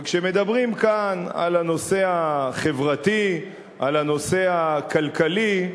וכשמדברים כאן על הנושא החברתי, על הנושא הכלכלי,